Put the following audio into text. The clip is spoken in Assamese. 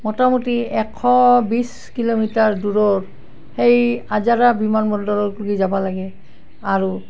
মোটামুটি এশ বিছ কিলোমিটাৰ দূৰৰ সেই আজাৰা বিমান বন্দৰৰ লেগি যাব লাগে আৰু